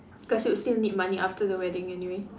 cause you would still need money after the wedding anyway